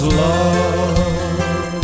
love